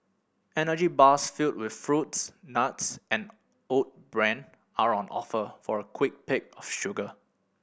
energy bars filled with fruits nuts and oat bran are on offer for a quick pick of sugar